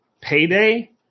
payday